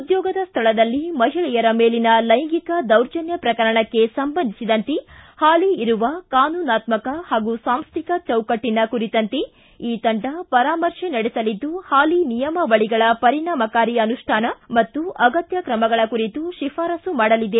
ಉದ್ಯೋಗದ ಸ್ಥಳದಲ್ಲಿ ಮಹಿಳೆಯರ ಮೇಲಿನ ಲೈಂಗಿಕ ದೌರ್ಜನ್ಯ ಪ್ರಕರಣಕ್ಕೆ ಸಂಬಂಧಿಸಿದಂತೆ ಹಾಲಿ ಇರುವ ಕಾನೂನಾತ್ಮಕ ಹಾಗೂ ಸಾಂಸ್ಥಿಕ ಚೌಕಟ್ಟನ ಕುರಿತಂತೆ ಈ ತಂಡ ಪರಾಮರ್ಶೆ ನಡೆಸಲಿದ್ದು ಹಾಲಿ ನಿಯಮಾವಳಗಳ ಪರಿಣಾಮಕಾರಿ ಅನುಷ್ಠಾನ ಮತ್ತು ಅಗತ್ಯ ಕ್ರಮಗಳ ಕುರಿತು ಶಿಫಾರಸ್ಸು ಮಾಡಲಿದೆ